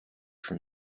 from